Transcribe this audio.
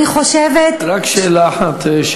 אני חושבת, רק שאלה אחת.